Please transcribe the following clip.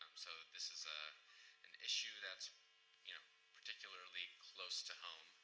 so this is ah an issue that's you know particularly close to home,